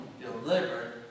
delivered